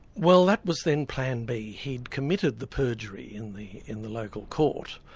well that was then plan b. he'd committed the perjury in the in the local court,